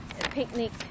picnic